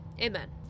Amen